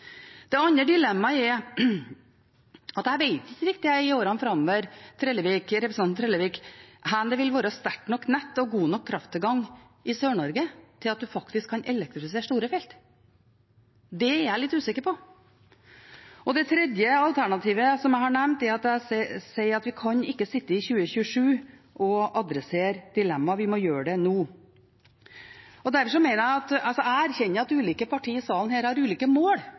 Det andre dilemmaet er: Jeg vet ikke riktig hvor hen det i årene framover – til representanten Trellevik – vil være sterkt nok nett og god nok krafttilgang i Sør-Norge til at en faktisk kan elektrifisere store felt. Det er jeg litt usikker på. Det tredje alternativet jeg har nevnt, er, som jeg sier, at vi ikke kan sitte i 2027 og adressere dilemmaet, vi må gjøre det nå. Jeg erkjenner at ulike parti i salen her har ulike mål